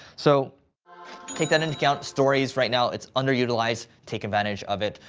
so take that into account. stories right now, it's underutilized. take advantage of it,